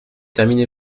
terminé